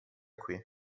qui